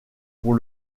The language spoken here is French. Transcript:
pour